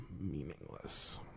Meaningless